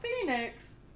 phoenix